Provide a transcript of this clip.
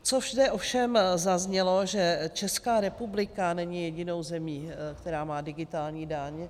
Co zde ovšem zaznělo, že Česká republika není jedinou zemí, která má digitální daň.